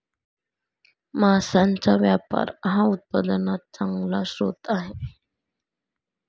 मांसाचा व्यापार हा उत्पन्नाचा चांगला स्रोत आहे